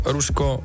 Rusko